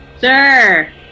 Sir